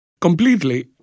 Completely